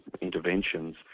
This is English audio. interventions